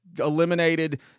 eliminated